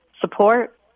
support